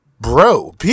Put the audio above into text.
bro